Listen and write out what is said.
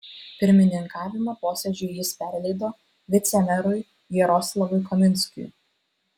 pirmininkavimą posėdžiui jis perleido vicemerui jaroslavui kaminskiui